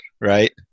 right